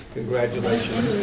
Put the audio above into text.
Congratulations